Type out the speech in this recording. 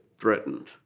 threatened